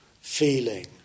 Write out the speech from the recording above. feeling